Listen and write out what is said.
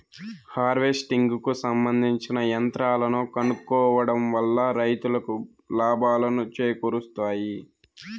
harvesting కు సంబందించిన యంత్రాలను కొనుక్కోవడం వల్ల రైతులకు లాభాలను చేకూరుస్తాయి